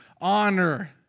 honor